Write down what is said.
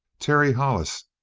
terry hollis,